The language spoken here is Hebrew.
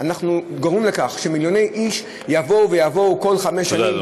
אנחנו גורמים לכך שמיליוני איש יבואו בכל חמש שנים,